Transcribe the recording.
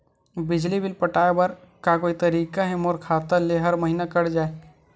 बिजली बिल पटाय बर का कोई तरीका हे मोर खाता ले हर महीना कट जाय?